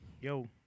Yo